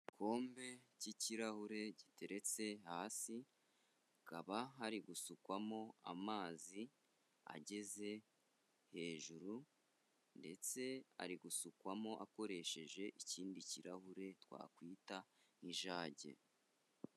Igikombe cy'ikirahure giteretse hasi, hakaba hari gusukwamo amazi ageze hejuru ndetse ari gusukwamo akoresheje ikindi kirahure twakwita nk'ijage.